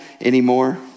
anymore